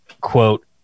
quote